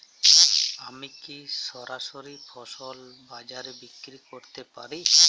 আমি কি সরাসরি ফসল বাজারে বিক্রি করতে পারি?